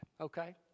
okay